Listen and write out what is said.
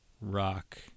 Rock